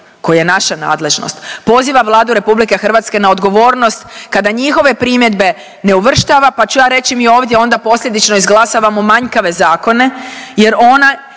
koji je naša nadležnost. Pozivam Vladu RH na odgovornost kada njihove primjedbe ne uvrštava pa ću ja reći mi ovdje onda posljedično izglasavamo manjkave zakone jer ona